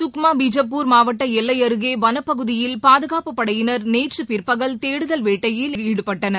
சுக்மா பிஜப்பூர் மாவட்டஎல்லைஅருகேவளப்பகுதியில்பாதுகாப்புப் பளடயினர் நேற்றபிற்பகல் தேடுதல் நடவடிக்கையில் ஈடுபட்டனர்